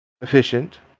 efficient